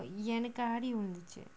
எனக்குஅடிவிழுந்துச்சு:enaku adi vilunthuchu